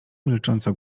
milcząco